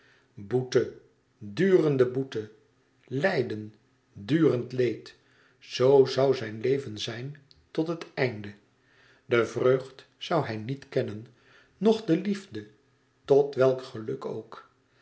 boete durende boete lijden durend leed zoo zoû zijn leven zijn tot het einde de vreugd zoû hij niet kennen noch de liefde noch welk geluk ook